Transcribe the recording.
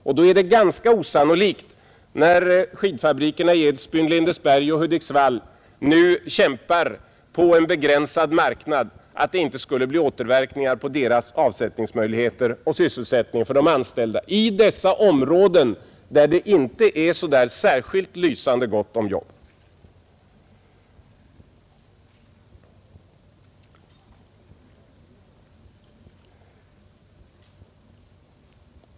Med hänsyn till att skidfabrikerna i Edsbyn, Lindesberg och Hudiksvall nu kämpar på en begränsad marknad är det ganska osannolikt att det inte skulle bli återverkningar också på deras avsättningsmöjligheter och på sysselsättningen för de anställda i dessa områden, där det inte är så särskilt lysande gott om jobb.